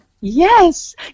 Yes